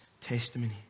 testimony